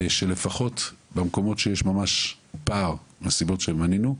שלפחות במקומות שיש ממש פער מהסיבות שמנינו.